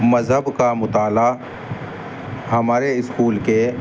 مذہب کا مطالعہ ہمارے اسکول کے